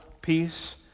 Peace